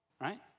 right